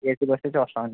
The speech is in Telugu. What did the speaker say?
ఏసీ బస్ అయితే వస్తామండి